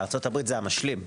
ארצות הברית זה המשלים.